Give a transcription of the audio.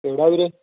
ਕਿਹੜਾ ਵੀਰੇ